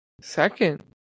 Second